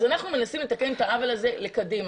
אנחנו מנסים לתקן את העוול הזה לקדימה,